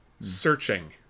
Searching